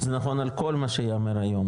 זה נכון על כל מה שיאמר היום,